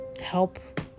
help